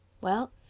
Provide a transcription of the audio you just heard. Well